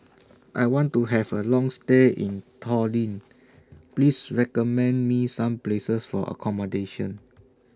I want to Have A Long stay in Tallinn Please recommend Me Some Places For accommodation